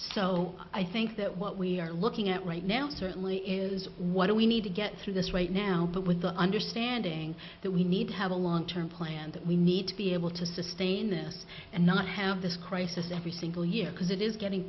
so i think that what we are looking at right now certainly is what we need to get through this right now but with the understanding that we need to have a long term plan that we need to be able to sustain this and not have this crisis every single year because it is getting